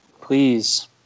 Please